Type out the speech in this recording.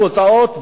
התוצאות,